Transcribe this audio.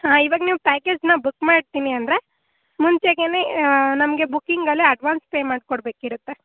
ಹಾಂ ಇವಾಗ ನೀವು ಪ್ಯಾಕೇಜನ್ನ ಬುಕ್ ಮಾಡ್ತೀನಿ ಅಂದರೆ ಮುಂಚೆಗೆನೇ ನಮಗೆ ಬುಕ್ಕಿಂಗಲ್ಲೇ ಅಡ್ವಾನ್ಸ್ ಪೇ ಮಾಡಿಕೊಡ್ಬೇಕಿರುತ್ತೆ